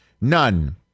None